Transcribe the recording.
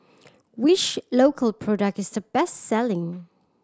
which Iocal product is the best selling